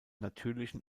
natürlichen